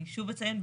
אני שוב אציין,